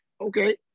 Okay